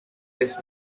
his